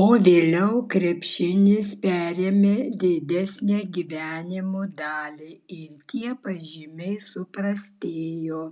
o vėliau krepšinis perėmė didesnę gyvenimo dalį ir tie pažymiai suprastėjo